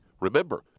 remember